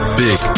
big